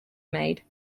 made